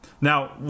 Now